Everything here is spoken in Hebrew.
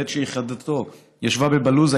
בעת שיחידתו ישבה בבלוזה,